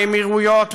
מהאמירויות,